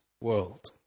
world